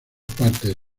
partes